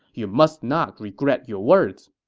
you must not regret your words.